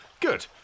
Good